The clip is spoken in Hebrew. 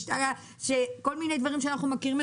של כל מיני דברים שאנחנו מכירים,